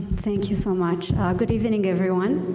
thank you so much ah good evening everyone.